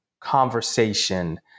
conversation